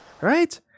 right